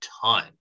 ton